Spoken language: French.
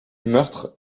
meurtre